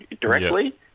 directly